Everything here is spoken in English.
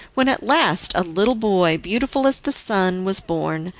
when at last a little boy, beautiful as the sun, was born,